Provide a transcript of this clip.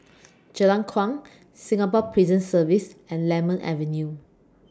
Jalan Kuang Singapore Prison Service and Lemon Avenue